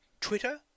Twitter